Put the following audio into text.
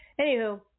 Anywho